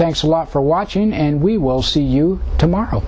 thanks a lot for watching and we will see you tomorrow